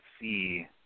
see –